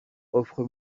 offre